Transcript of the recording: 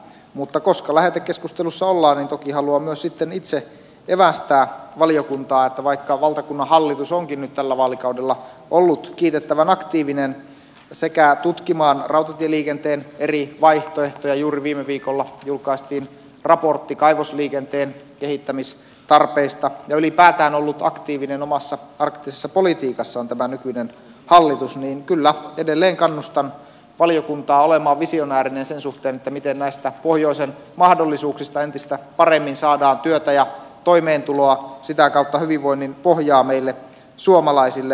mutta koska lähetekeskustelussa ollaan niin toki haluan myös sitten itse evästää valiokuntaa että vaikka valtakunnan hallitus onkin nyt tällä vaalikaudella ollut kiitettävän aktiivinen tutkimaan rautatieliikenteen eri vaihtoehtoja juuri viime viikolla julkaistiin raportti kaivosliikenteen kehittämistarpeista ja ylipäätään ollut aktiivinen omassa arktisessa politiikassaan tämä nykyinen hallitus niin kyllä edelleen kannustan valiokuntaa olemaan visionäärinen sen suhteen miten näistä pohjoisen mahdollisuuksista entistä paremmin saadaan työtä ja toimeentuloa sitä kautta hyvinvoinnin pohjaa meille suomalaisille